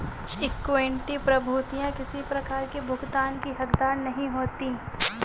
equity प्रभूतियाँ किसी प्रकार की भुगतान की हकदार नहीं होती